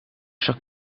zakt